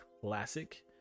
classic